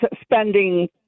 spending